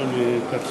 גברתי